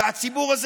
והציבור הזה,